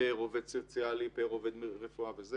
פר עובד סוציאלי, פר עובד רפואה וכולי.